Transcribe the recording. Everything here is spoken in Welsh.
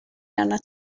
arnat